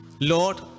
Lord